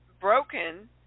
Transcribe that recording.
broken